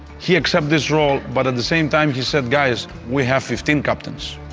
he accepted this role but at the same time he said guys, we have fifteen captains.